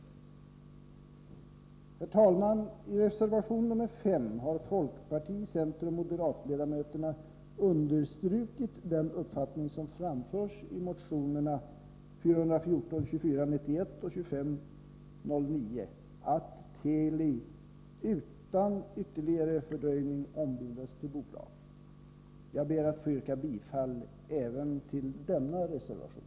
Herr talman! I reservation nr 5 har folkparti-, centeroch moderatledamöterna understrukit den uppfattning som framförs i motionerna 414, 2491 och 2509, att Teli utan ytterligare fördröjning ombildas till bolag. Jag ber att få yrka bifall även till denna reservation.